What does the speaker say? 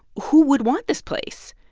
who would want this place?